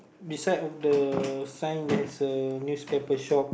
beside of the sign there is a newspaper shop